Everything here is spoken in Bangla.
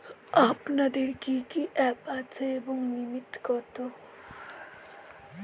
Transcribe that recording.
আপনাদের কি কি অ্যাপ আছে এবং লিমিট কত?